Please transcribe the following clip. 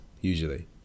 usually